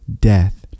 death